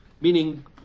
meaning